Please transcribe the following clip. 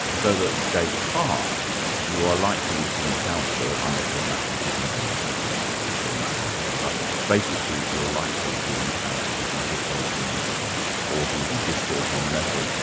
so that descartes you are likely to encounter, unless you're a mathematician there is a special category if you're a mathematician, but basically you're likely to encounter his meditations or his discourse on method,